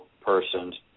person's